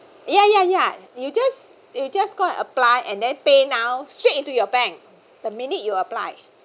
ya ya ya you just you just go and apply and then pay now straight into your bank the minute you apply